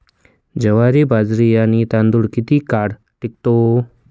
ज्वारी, बाजरी आणि तांदूळ किती काळ टिकतो?